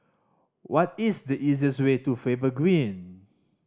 what is the easiest way to Faber Green